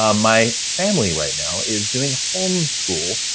um my family right now is doing home school.